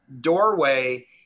doorway